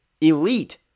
Elite